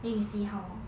then we see how